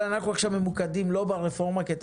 אנחנו עכשיו ממוקדים לא ברפורמה לשם